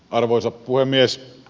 arvoisa puhemies